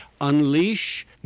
unleash